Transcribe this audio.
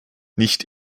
nicht